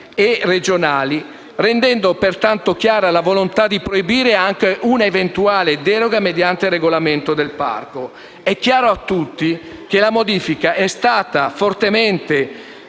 e regionali, rendendo pertanto chiara la volontà di proibire anche una eventuale deroga mediante il regolamento del parco. È chiaro a tutti che la modifica è stata fortemente